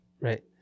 Right